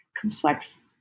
complex